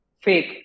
Fake